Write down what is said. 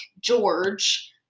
George